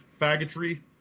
faggotry